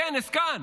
כאן,